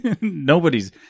Nobody's